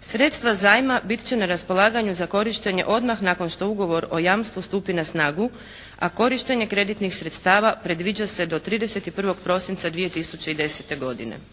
Sredstva zajma bit će na raspolaganju za korištenje odmah nakon što Ugovor o jamstvu stupi na snagu, a korištenje kreditnih sredstava predviđa se do 31. prosinca 2010. godine.